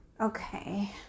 okay